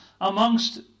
Amongst